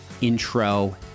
intro